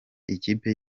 ikipe